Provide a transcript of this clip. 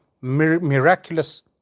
miraculous